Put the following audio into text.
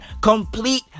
Complete